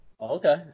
Okay